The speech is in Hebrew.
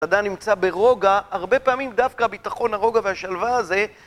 ..נמצא ברוגע, הרבה פעמים דווקא ביטחון הרוגע והשלווה הזה